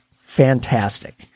fantastic